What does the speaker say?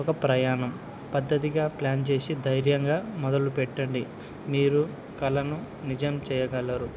ఒక ప్రయాణం పద్ధతిగా ప్లాన్ చేసి ధైర్యంగా మొదలు పెట్టండి మీరు కలను నిజం చేయగలరు